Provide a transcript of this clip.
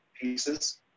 pieces